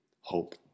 hope